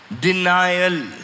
denial